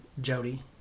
Jody